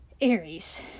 Aries